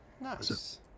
Nice